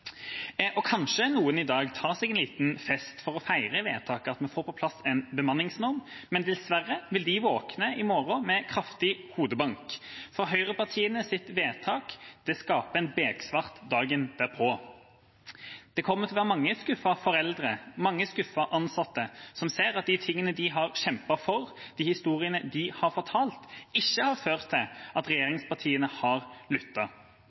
Kanskje noen i dag tar seg en liten fest for å feire vedtaket om at vi får på plass en bemanningsnorm, men dessverre vil de våkne i morgen med kraftig hodebank. For høyrepartienes vedtak vil skape en beksvart dagen derpå. Det kommer til å være mange skuffede foreldre og mange skuffede ansatte som ser at de tingene de har kjempet for, de historiene de har fortalt, ikke har ført til at regjeringspartiene har